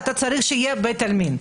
אתה צריך שיהיה בית עלמין.